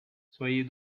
soyez